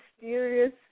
mysterious